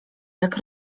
jak